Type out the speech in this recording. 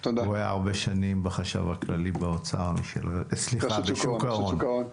הוא היה הרבה שנים בחשב הכללי ברשות שוק ההון.